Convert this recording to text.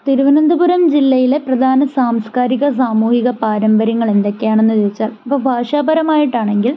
തിരുവനന്തപുരം ജില്ലയിലെ പ്രധാന സാംസ്കാരിക സാമൂഹിക പാരമ്പര്യങ്ങൾ എന്തൊക്കെയാണ് എന്ന് ചോദിച്ചാൽ ഇപ്പോൾ ഭാഷാപരമായിട്ടാണെങ്കിൽ